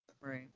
Right